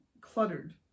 cluttered